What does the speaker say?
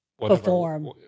perform